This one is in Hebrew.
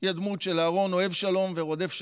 היא הדמות של אהרן אוהב שלום ורודף שלום,